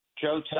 Joe